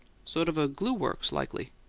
sort of a glue-works likely.